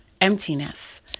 emptiness